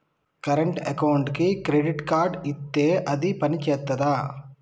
Current అకౌంట్కి credit card ఇత్తే అది పని చేత్తదా?